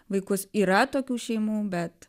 vaikus yra tokių šeimų bet